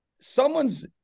someone's